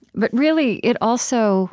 but really, it also